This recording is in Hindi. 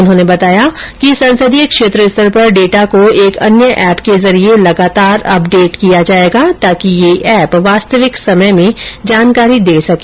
उन्होंने बताया कि संसदीय क्षेत्र स्तर पर डेटा को एक अन्य एप के जरिये लगातार अपडेट किया जायेगा ताकि यह एप वास्तविक समय में जानकारी दे सके